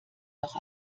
noch